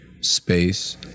space